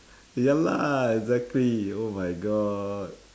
ya lah exactly oh my god